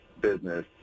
business